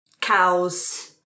cows